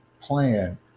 plan